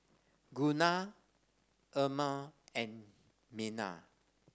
Gunnar Irma and Merna